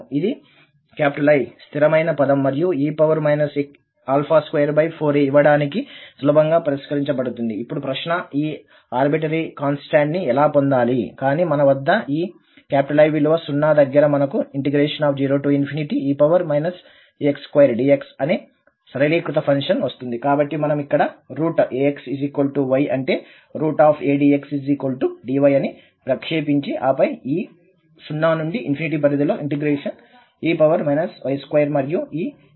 ఇది I స్థిరమైన పదం మరియు e 24a ఇవ్వడానికి సులభంగా పరిష్కరించబడుతుంది ఇప్పుడు ప్రశ్న ఈ ఆర్బిట్రరీ కాన్స్టాంట్ ని ఎలా పొందాలి కానీ మన వద్ద ఈ I విలువ 0 దగ్గర మనకు ∫0 e ax2dx అనే సరళీకృత ఫంక్షన్ వస్తుంది కాబట్టి మనము ఇక్కడ axy అంటే adxdy ని ప్రక్షేపించి ఆపై ఈ 0 నుండి పరిధిలో ఇంటెగ్రేషన్ e y2 మరియు ఈ dxdya